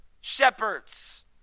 shepherds